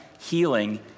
healing